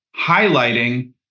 highlighting